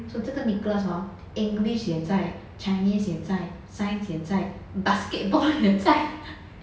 so 这个 nicholas hor english 也在 chinese 也在 science 也在 basketball 也在